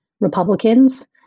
Republicans